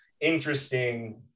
interesting